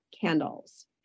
candles